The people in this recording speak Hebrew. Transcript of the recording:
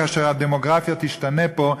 כאשר הדמוגרפיה תשתנה פה,